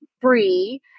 free